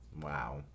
Wow